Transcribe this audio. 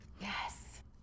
yes